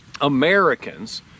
Americans